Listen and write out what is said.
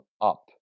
up